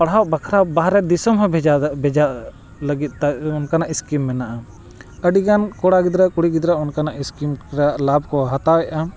ᱯᱟᱲᱦᱟᱜ ᱵᱟᱠᱷᱨᱟ ᱵᱟᱦᱨᱮ ᱫᱤᱥᱚᱢ ᱦᱚᱸ ᱵᱷᱮᱡᱟ ᱵᱷᱮᱡᱟ ᱞᱟᱹᱜᱤᱫ ᱚᱱᱠᱟᱱᱟᱜ ᱥᱠᱤᱢ ᱢᱮᱱᱟᱜᱼᱟ ᱟᱹᱰᱤ ᱜᱟᱱ ᱠᱚᱲᱟ ᱜᱤᱫᱽᱨᱟᱹ ᱠᱩᱲᱤ ᱜᱤᱫᱽᱨᱟᱹ ᱚᱱᱠᱟᱱᱟᱜ ᱤᱥᱠᱤᱢ ᱨᱮ ᱞᱟᱵᱷ ᱠᱚ ᱦᱟᱛᱟᱣᱮᱜᱼᱟ